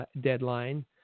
deadline